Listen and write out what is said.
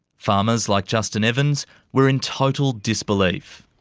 farmers like justin evans were in total disbelief.